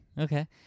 Okay